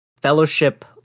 Fellowship